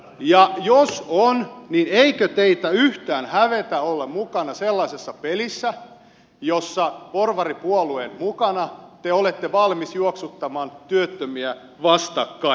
ja jos on niin eikö teitä yhtään hävetä olla mukana sellaisessa pelissä jossa porvaripuolueen mukana te olette valmis juoksuttamaan työttömiä vastakkain